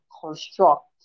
construct